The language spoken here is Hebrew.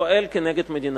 פועל כנגד מדינתו.